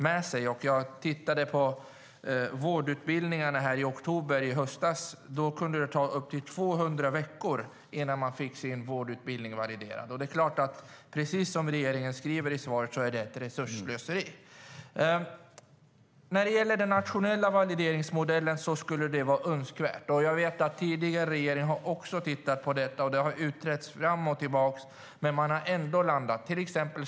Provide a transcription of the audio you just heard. Det skulle vara önskvärt med en nationell valideringsmodell. Jag vet att också den tidigare regeringen har tittat på detta, och det har utretts fram och tillbaka.